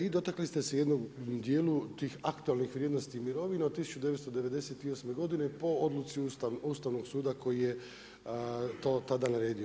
I dotakli ste se u jednom dijelu tih aktualnih vrijednosti mirovine od 1998. godine po odluci Ustavnog suda koji je to tada naredio.